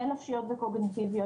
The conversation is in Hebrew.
הן נפשיות וקוגניטיביות,